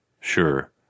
Sure